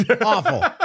awful